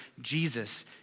Jesus